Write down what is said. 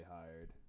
hired